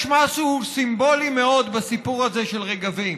יש משהו סימבולי מאוד בסיפור הזה של רגבים,